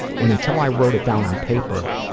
and until i wrote it down on paper,